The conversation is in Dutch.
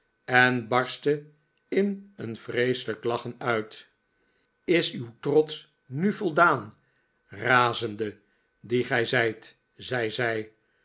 en barstte in een vreeselijk lachen uit is uw trots nu voldaan razende die gij zijt zei